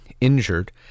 injured